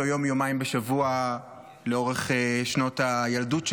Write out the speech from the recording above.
יום-יומיים בשבוע לאורך שנות הילדות שלי.